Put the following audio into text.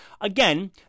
Again